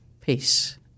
peace